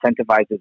incentivizes